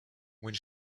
when